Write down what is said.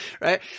Right